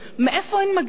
מאיפה הן מגיעות?